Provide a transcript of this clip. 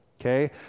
Okay